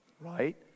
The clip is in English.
right